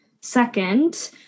second